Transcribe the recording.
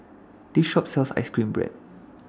This Shop sells Ice Cream Bread